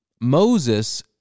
Moses